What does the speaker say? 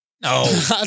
No